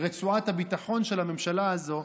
רצועת הביטחון של הממשלה הזו,